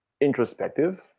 introspective